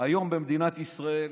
היום במדינת ישראל,